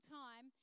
time